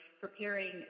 preparing